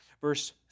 verse